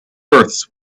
births